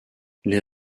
les